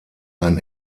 ein